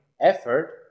effort